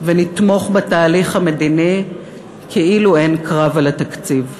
ונתמוך בתהליך המדיני כאילו אין קרב על התקציב.